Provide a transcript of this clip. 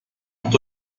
ont